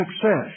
success